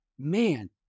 Man